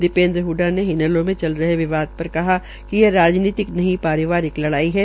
दीपेन्द्र हडडा ने इनैलो में चल रहे विवाद पर कहा कि यह राजनीतिक नहीं पारिवारिक लड़ाई है